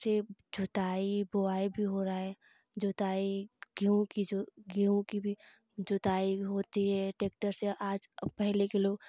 से जुताई बोआई भी हो रहा है जुताई गेहूँ की जो गेहूँ की भी जुताई होती ये ट्रैक्टर से आज पहले के लोग